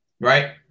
right